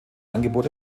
angebot